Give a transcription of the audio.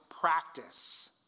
practice